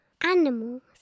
Animals